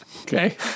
Okay